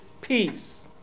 peace